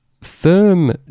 firm